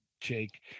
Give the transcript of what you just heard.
Jake